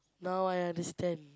now I understand